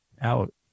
out